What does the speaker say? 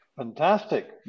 Fantastic